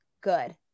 good